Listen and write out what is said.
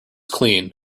clean